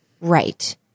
right